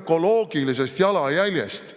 ökoloogilisest jalajäljest